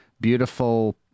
beautiful